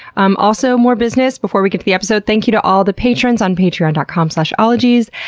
um also, more business before we get to the episode, thank you to all the patrons on patreon dot com slash ologies.